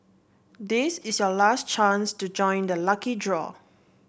this is your last chance to join the lucky draw